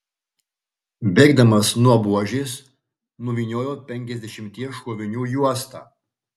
bėgdamas nuo buožės nuvyniojau penkiasdešimties šovinių juostą